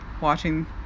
watching